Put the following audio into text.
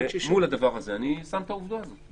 מול הדבר הזה אני שם את העובדה הזאת.